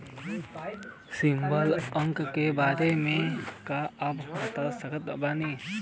CIBIL अंक के बारे मे का आप बता सकत बानी?